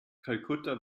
kalkutta